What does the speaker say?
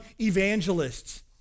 evangelists